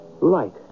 Light